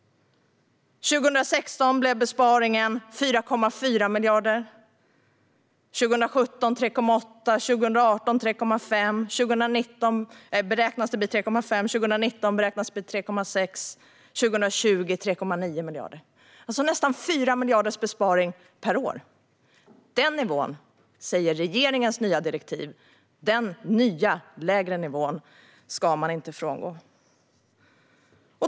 År 2016 blev besparingen 4,4 miljarder och 2017 3,8 miljarder. År 2018 beräknas den bli 3,5 miljarder, 2019 3,6 miljarder och 2020 3,9 miljarder - alltså en besparing på nästan 4 miljarder per år. Den nya lägre nivån säger regeringens nya direktiv att man inte ska frångå.